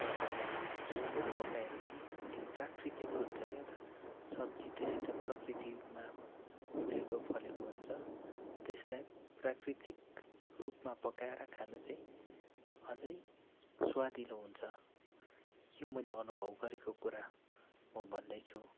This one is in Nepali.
तर चुलामा पकाएपछि त्यो प्राकृतिक हुन्छ क्या त सब्जी त्यसै त प्रकृतिमा फुलेको फलेको हुन्छ त्यसलाई प्राकृतिक रूपमा पकाएर खानु चाहिँ अझै स्वादिलो हुन्छ यो मैले अनुभव गरेको कुरा म भन्दैछु